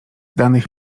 danych